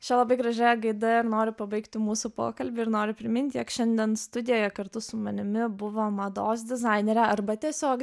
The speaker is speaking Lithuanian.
šia labai gražia gaida ir noriu pabaigti mūsų pokalbį ir noriu priminti jog šiandien studijoje kartu su manimi buvo mados dizainerė arba tiesiog